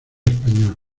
español